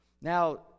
Now